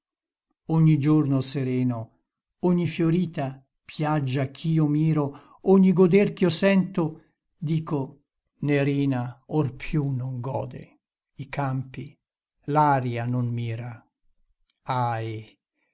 ogni giorno sereno ogni fiorita piaggia ch'io miro ogni goder ch'io sento dico nerina or più non gode i campi l'aria non mira ahi